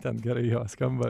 ten gerai jo skamba